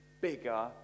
bigger